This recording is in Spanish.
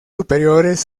superiores